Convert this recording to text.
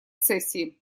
сессии